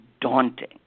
daunting